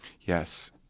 Yes